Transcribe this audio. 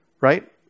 right